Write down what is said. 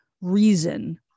reason